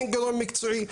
אין גורם מקצועי.